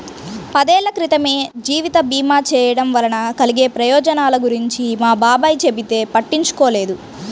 పదేళ్ళ క్రితమే జీవిత భీమా చేయడం వలన కలిగే ప్రయోజనాల గురించి మా బాబాయ్ చెబితే పట్టించుకోలేదు